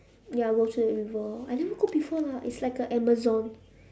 ya go through the river I never go before lah it's like a amazon